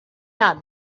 not